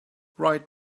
right